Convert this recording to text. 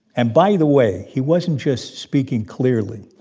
and by the way, he wasn't just speaking clearly.